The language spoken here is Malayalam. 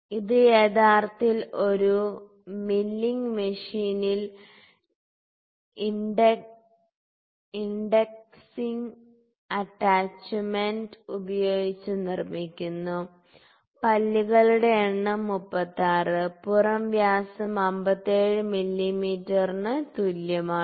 ഇത് യഥാർത്ഥത്തിൽ ഒരു മില്ലിംഗ് മെഷീനിൽ ഇൻഡെക്സിംഗ് അറ്റാച്ചുമെന്റ് ഉപയോഗിച്ച് നിർമ്മിക്കുന്നു പല്ലുകളുടെ എണ്ണം 36 പുറം വ്യാസം 57 മില്ലീമീറ്ററിന് തുല്യമാണ്